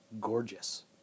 gorgeous